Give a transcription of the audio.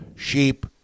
sheep